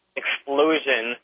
explosion